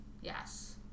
yes